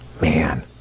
Man